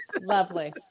lovely